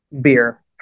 beer